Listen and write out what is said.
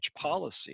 policy